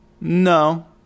No